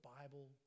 Bible